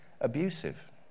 abusive